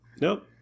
Nope